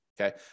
okay